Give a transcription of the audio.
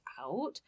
out